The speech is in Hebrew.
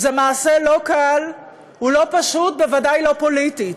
זה מעשה לא קל, הוא לא פשוט ובוודאי לא פוליטית.